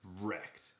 wrecked